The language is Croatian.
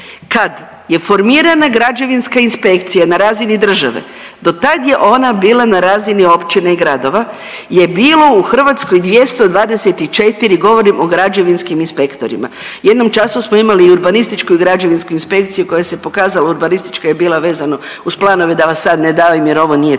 kad je formirana građevinska inspekcija na razini država, do tad je ona bila na razini općina i gradova je bilo u Hrvatskoj 224, govorim o građevinskim inspektorima. U jednom času smo imali i urbanističku i građevinsku inspekciju koja se pokazalo, urbanistička je bila vezano uz planove, da vas sad ne davim jer ovo nije tema.